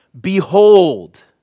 Behold